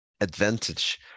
advantage